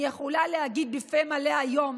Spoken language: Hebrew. אני יכולה להגיד בפה מלא היום